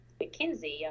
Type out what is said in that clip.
McKinsey